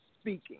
speaking